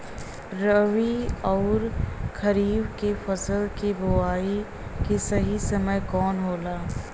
रबी अउर खरीफ के फसल के बोआई के सही समय कवन होला?